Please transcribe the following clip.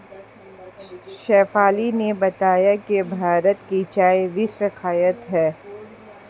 शेफाली ने बताया कि भारत की चाय विश्वविख्यात है